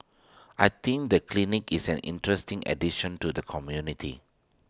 I think the clinic is an interesting addition to the community